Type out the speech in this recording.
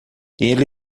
ele